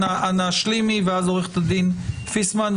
אנא השלימי; ואז עורכת הדין פיסמן,